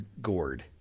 gourd